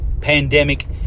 pandemic